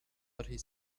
but